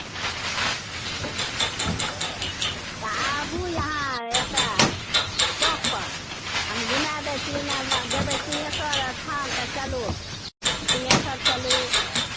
तऽ आबू अहाँ एतय चौकपर हम घुमाए दै छी एन्नऽ जेबै सिंहेश्वर स्थान तऽ चलू सिंहेश्वर चलू